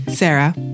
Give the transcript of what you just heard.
Sarah